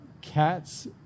cats